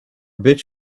bitch